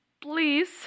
please